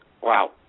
Wow